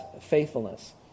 faithfulness